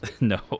No